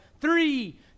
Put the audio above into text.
three